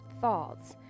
thoughts